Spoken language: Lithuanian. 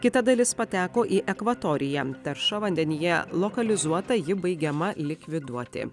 kita dalis pateko į ekvatoriją tarša vandenyje lokalizuota ji baigiama likviduoti